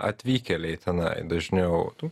atvykėliai tenai dažniau